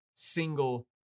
single